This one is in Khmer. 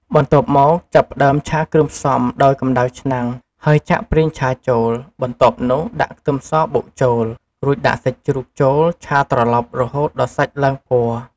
បន្ទាប់មក ចាប់ផ្តើមឆាគ្រឿងផ្សំដោយកំដៅឆ្នាំង ហើយចាក់ប្រេងឆាចូល បន្ទាប់នោះដាក់ខ្ទឹមសបុកចូល រួចដាក់សាច់ជ្រូកចូលឆាត្រឡប់រហូតដល់សាច់ឡើងពណ៌។